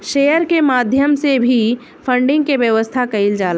share के माध्यम से भी फंडिंग के व्यवस्था कईल जाला